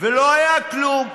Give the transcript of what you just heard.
ולא היה כלום,